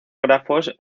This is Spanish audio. grafos